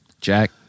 Jack